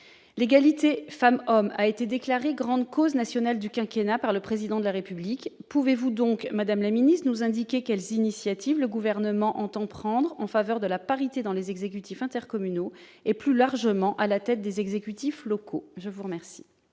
et les hommes a été déclarée grande cause nationale du quinquennat par le Président de la République. Pouvez-vous donc, madame la ministre, nous indiquer quelles initiatives le Gouvernement entend prendre en faveur de la parité dans les exécutifs intercommunaux et, plus largement, à la tête des exécutifs locaux ? La parole